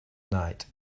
night